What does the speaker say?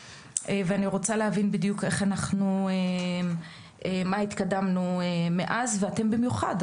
ואני רוצה להבין בדיוק איך התקדמנו מאז ואתם במיוחד,